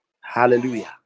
Hallelujah